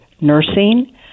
nursing